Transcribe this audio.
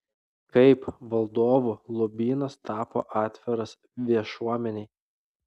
kaip valdovų lobynas tapo atviras viešuomenei